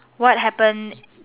what happen